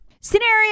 Scenario